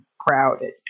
crowded